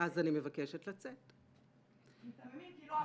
אבל את הזמנת אותי להגיע.